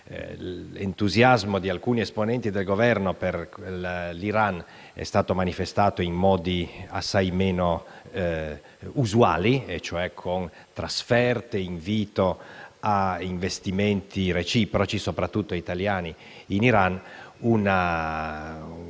L'entusiasmo di alcuni esponenti del Governo per l'Iran è stato manifestato in modi assai meno usuali, e cioè con trasferte ed invito a investimenti reciproci (soprattutto italiani in Iran).